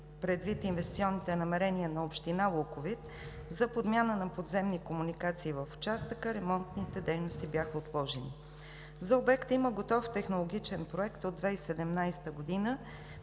предвид и инвестиционните намерения на община Луковит за подмяна на подземни комуникации в участъка, ремонтните дейности бяха отложени. За обекта има готов технологичен проект от 2017 г.